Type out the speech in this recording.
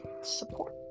support